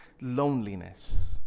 loneliness